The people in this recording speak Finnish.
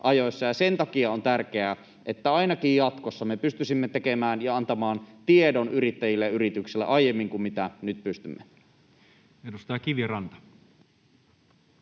sen takia on tärkeää, että ainakin jatkossa me pystyisimme antamaan tiedon yrittäjille ja yrityksille aiemmin kuin nyt pystymme. [Speech 144]